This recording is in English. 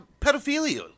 pedophilia